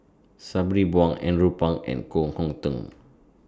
Sabri Buang Andrew Phang and Koh Hong Teng